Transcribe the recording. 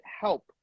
help